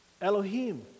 Elohim